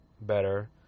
better